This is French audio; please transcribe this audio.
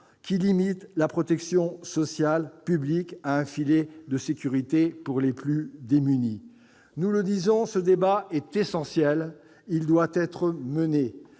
qui limite la protection sociale publique à un filet de sécurité pour les plus démunis. Ce débat est essentiel, il doit être mené.